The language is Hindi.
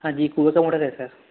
हाँ जी यह कुएँ का मोटर है सर